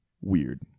weird